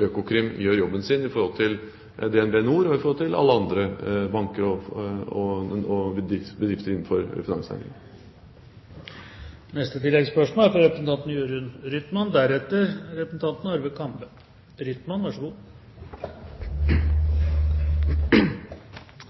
Økokrim gjør jobben sin overfor DnB NOR og overfor alle andre banker og bedrifter innenfor finansnæringen. Jørund Rytman – til